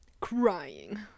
Crying